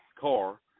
car